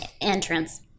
entrance